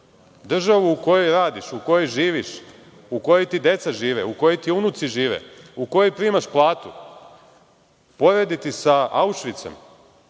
državu u kojoj radiš, u kojoj živiš, u kojoj ti deca žive, u kojoj ti unuci žive, u kojoj primaš platu, porediti sa Aušvicem